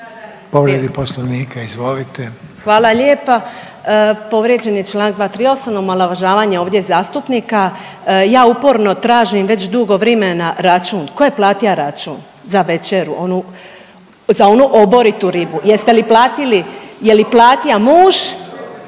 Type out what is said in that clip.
**Baričević, Danica (HDZ)** Hvala lijepa. Povrijeđen je Članak 238., omalovažavanje ovdje zastupnika. Ja uporno tražim već dugo vrimena račun, tko je platia račun za večeru onu, za onu oboritu ribu. Jeste li platili, je li platia muž